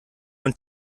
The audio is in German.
und